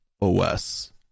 os